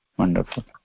Wonderful